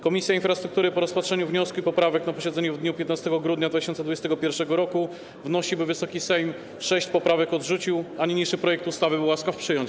Komisja Infrastruktury po rozpatrzeniu wniosku i poprawek na posiedzeniu w dniu 15 grudnia 2021 r. wnosi, by Wysoki Sejm sześć poprawek odrzucił, a niniejszy projekt ustawy był łaskaw przyjąć.